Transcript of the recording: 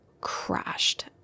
crashed